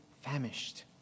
famished